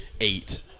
eight